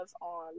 on